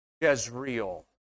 Jezreel